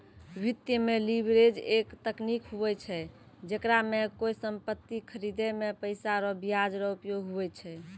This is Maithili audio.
वित्त मे लीवरेज एक तकनीक हुवै छै जेकरा मे कोय सम्पति खरीदे मे पैसा रो ब्याज रो उपयोग हुवै छै